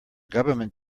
government